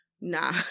Nah